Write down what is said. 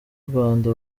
rwanda